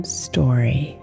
story